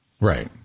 Right